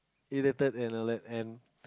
irritated and the that and